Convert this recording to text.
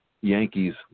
Yankees